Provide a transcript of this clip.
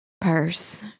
purse